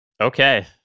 okay